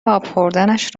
آبخوردنش